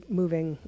moving